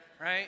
right